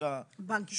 התעסוקה -- בנק ישראל.